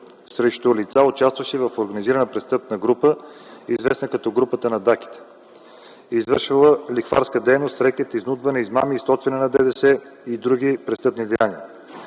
срещу лица, участващи в организирана престъпна група, известна като групата на Даките, извършвала лихварска дейност, рекет, изнудване, измами, източване на ДДС и други престъпни деяния.